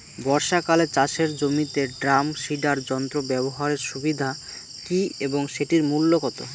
বর্ষাকালে চাষের জমিতে ড্রাম সিডার যন্ত্র ব্যবহারের সুবিধা কী এবং সেটির মূল্য কত?